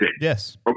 Yes